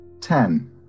Ten